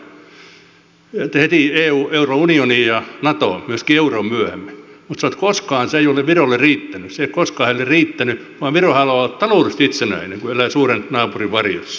mutta hän sanoi että koskaan se ei ole virolle riittänyt se ei ole koskaan heille riittänyt vaan viro haluaa olla taloudellisesti itsenäinen kun elää suuren naapurin varjossa